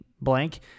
blank